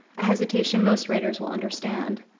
a hesitation most readers will understand.